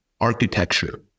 architecture